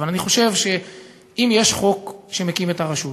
אבל אני חושב שאם יש חוק שמקים את הרשות,